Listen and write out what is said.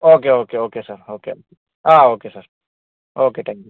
okay okay okay sir okay അതെ okay sir okay thank you